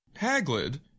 Haglid